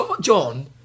John